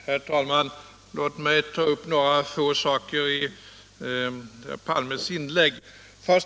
Herr talman! Låt mig ta upp några få saker i herr Palmes inlägg.